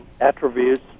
attributes